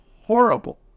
horrible